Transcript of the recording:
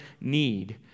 need